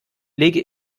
lege